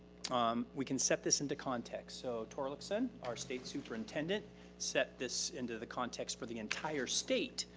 um we can set this into context. so torlakson, our state superintendent set this into the context for the entire state.